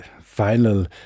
final